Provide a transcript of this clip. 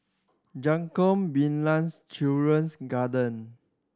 Jacob Ballas Children's Garden